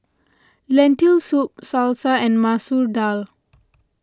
Lentil Soup Salsa and Masoor Dal